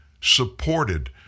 supported